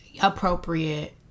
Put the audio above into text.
appropriate